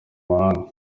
mahanga